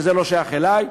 וזה לא שייך אלי.